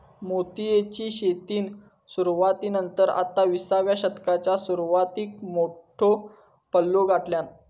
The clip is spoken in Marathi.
मोतीयेची शेतीन सुरवाती नंतर आता विसाव्या शतकाच्या सुरवातीक मोठो पल्लो गाठल्यान